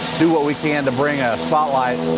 do all we can to bring a spotlight.